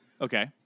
Okay